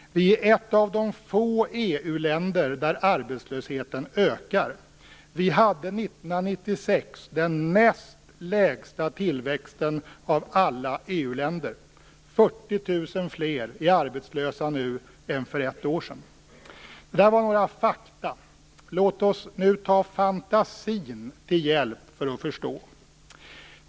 Vi är ett av de få EU-länder där arbetslösheten ökar. Vi hade 1996 den näst lägsta tillväxten av alla EU-länder. Det är 40 000 fler som är arbetslösa nu än för ett år sedan. Det var några fakta. Låt oss nu ta fantasin till hjälp för att förstå.